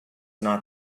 not